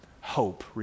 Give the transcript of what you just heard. Hope